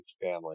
family